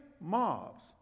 mobs